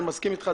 אני מסכים אתך,